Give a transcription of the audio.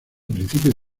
principios